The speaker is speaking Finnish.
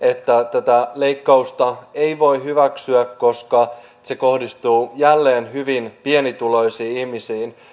tätä leikkausta ei voi hyväksyä koska se kohdistuu jälleen hyvin pienituloisiin ihmisiin